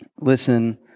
Listen